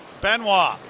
Benoit